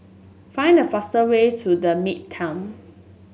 find the fastest way to The Midtown